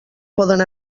poden